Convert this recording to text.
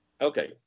Okay